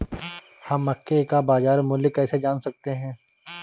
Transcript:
हम मक्के का बाजार मूल्य कैसे जान सकते हैं?